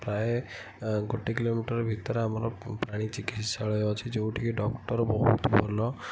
ପ୍ରାୟ ଗୋଟେ କିଲୋମିଟର ଭିତରେ ଆମର ପ୍ରାଣୀ ଚିକିତ୍ସାଳୟ ଅଛି ଯେଉଁଠିକି ଡକ୍ଟର ବହୁତ ଭଲ